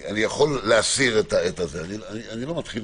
אני חושב